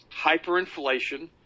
Hyperinflation